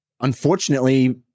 unfortunately